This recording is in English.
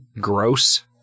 gross